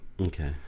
Okay